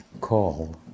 Call